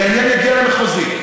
כי העניין יגיע למחוזי,